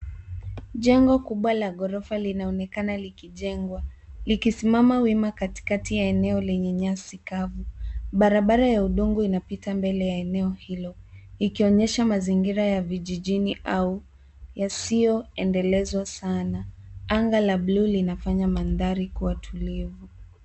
Jengo kubwa la ghorofa linaonekana likijengwa likisimama wima katikati ya eneo lenye nyasi kavu, barabara ya udongo inapita mbele ya eneo hilo ikionyesha mazingira ya vijijini au yasiyoendelezwa sana anga la buluu linafanya mandhari kuwa tulivu.